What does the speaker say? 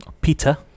Peter